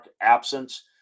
absence